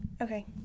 Okay